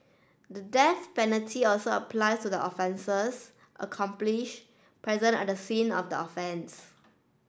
the death penalty also applies to the offender's accomplish present at the scene of the offence